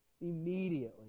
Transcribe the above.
Immediately